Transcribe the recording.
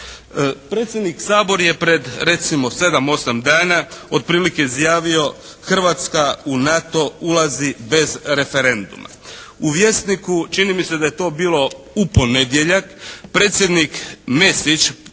Predsjednik Sabora je pred recimo 7, 8 dana otprilike izjavio, Hrvatska u NATO ulazi bez referenduma. U "Vjesniku" čini mi se da je to bilo u ponedjeljak, Predsjednik Mesić